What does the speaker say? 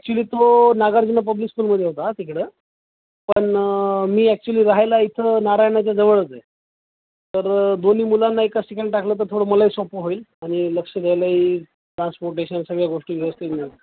actually तो Nagarjuna public स्कूलमध्ये होता तिकडं पण मी ॲक्च्युअली राहायला इथं नाराणाच्या जवळच आहे तर दोन्ही मुलांना एकाच ठिकाण टाकलं तर थोडं मलाहीसोपं होईल आ आणि लक्ष ही राहील ट्रान्सपोर्टेशन सगळ्या गोष्टी व्यवस्थित मि